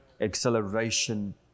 Acceleration